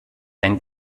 ein